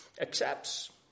accepts